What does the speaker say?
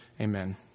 Amen